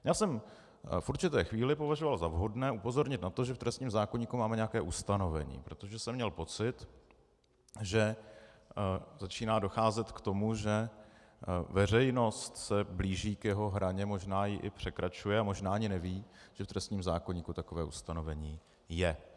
Já jsem v určité chvíli považoval za vhodné upozornit na to, že v trestním zákoníku máme nějaké ustanovení, protože jsem měl pocit, že začíná docházet k tomu, že veřejnost se blíží k jeho hraně, možná ji i překračuje a možná ani neví, že v trestním zákoníku takové ustanovení je.